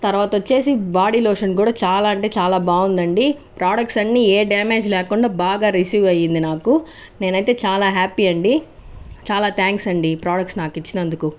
తర్వాత వచ్చేసి body lotion కూడ చాలా అంటే చాలా బాగుందండి ప్రొడక్ట్స్ అన్ని ఏ డ్యామేజ్ లేకుండా బాగా రిసీవ్ అయింది నాకు నేనైతే చాలా హ్యాపీ అండి చాలా థ్యాంక్స్ అండి ప్రొడక్ట్స్ నాకు ఇచ్చినందుకు